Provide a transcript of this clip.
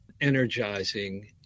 energizing